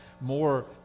more